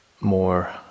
more